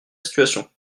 situation